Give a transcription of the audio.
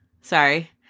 Sorry